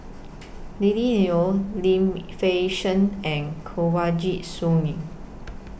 Lily Neo Lim Fei Shen and Kanwaljit Soin